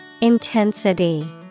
Intensity